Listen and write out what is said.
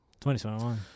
2021